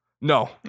No